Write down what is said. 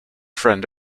friend